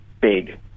big